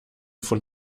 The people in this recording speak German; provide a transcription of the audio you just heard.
von